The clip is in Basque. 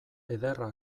ederra